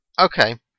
okay